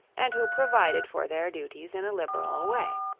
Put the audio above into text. and who provided for their duties in a liberal way.